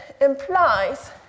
implies